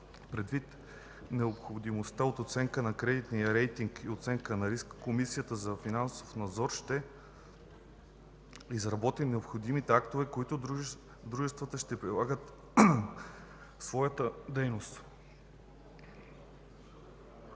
Предвид необходимостта от оценка на кредитния рейтинг и оценка на риска, Комисията за финансов надзор ще изработи необходимите актове, които дружествата ще прилагат в своята дейност.